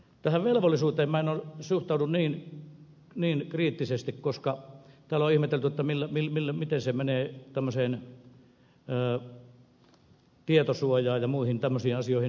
tähän velvollisuuteen en suhtaudu niin kriittisesti koska täällä on ihmetelty miten se menee tietosuojaan ja muihin tämmöisiin asioihin